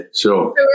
sure